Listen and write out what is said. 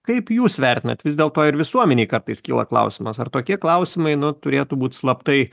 kaip jūs vertinat vis dėlto ir visuomenei kartais kyla klausimas ar tokie klausimai nu turėtų būt slaptai